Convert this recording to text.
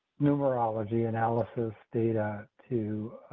numerology analysis data to